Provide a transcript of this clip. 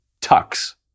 tucks